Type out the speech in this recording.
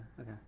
Okay